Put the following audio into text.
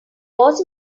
was